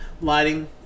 Lighting